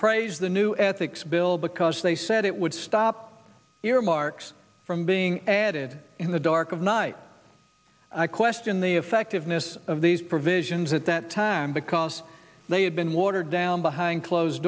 praised the new ethics bill because they said it would stop earmarks from being added in the dark of night i question the effectiveness of these provisions at that time because they had been watered down behind closed